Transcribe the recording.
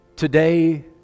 Today